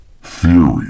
theory